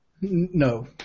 No